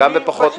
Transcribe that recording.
זאת עובדה,